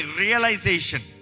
realization